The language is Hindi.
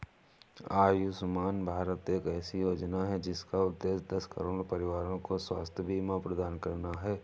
आयुष्मान भारत एक ऐसी योजना है जिसका उद्देश्य दस करोड़ परिवारों को स्वास्थ्य बीमा प्रदान करना है